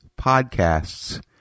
podcasts